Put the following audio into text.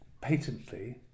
patently